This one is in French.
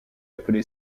appelé